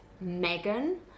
Megan